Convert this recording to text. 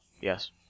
Yes